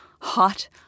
hot